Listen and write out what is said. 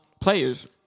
players